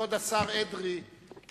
כבוד השר אדרי,